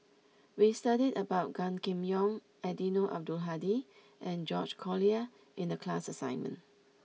we studied about Gan Kim Yong Eddino Abdul Hadi and George Collyer in the class assignment